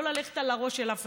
לא ללכת על הראש של אף אחד.